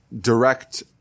direct